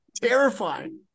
Terrifying